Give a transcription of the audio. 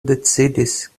decidis